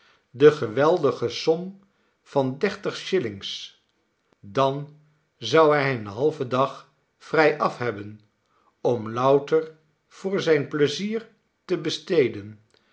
de geweldige som van dertig shillings dan zou hij een halven dag vrijaf hebben om louter voor zijn pleizier te besteden